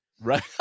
Right